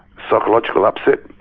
psychological upset,